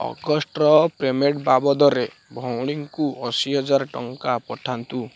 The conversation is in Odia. ଅଗଷ୍ଟର ପେମେଣ୍ଟ୍ ବାବଦରେ ଭଉଣୀଙ୍କୁ ଅଶୀ ହଜାର ଟଙ୍କା ପଠାନ୍ତୁ